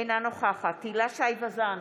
אינה נוכחת הילה שי וזאן,